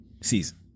season